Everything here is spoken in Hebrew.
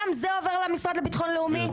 גם זה עובר למשרד לביטחון לאומי?